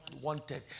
wanted